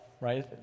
right